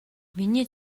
миний